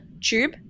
tube